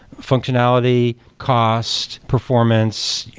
functionality, cost, performance,